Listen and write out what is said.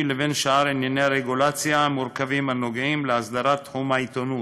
לבין שאר ענייני הרגולציה המורכבים הנוגעים להסדרת תחום העיתונות,